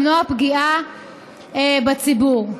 למנוע פגיעה בציבור.